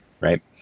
right